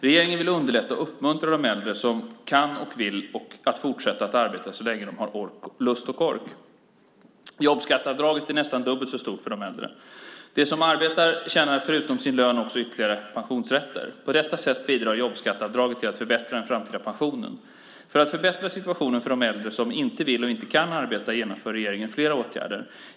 Regeringen vill underlätta och uppmuntra de äldre som kan och vill att fortsätta att arbeta så länge de har lust och ork. Jobbskatteavdraget är nästan dubbelt så stort för de äldre. De som arbetar tjänar förutom sin lön också in ytterligare pensionsrätter. På detta sätt bidrar jobbskatteavdraget till att förbättra den framtida pensionen. För att förbättra situationen för de pensionärer som inte vill eller kan arbeta genomför regeringen flera åtgärder.